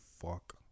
fuck